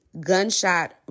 gunshot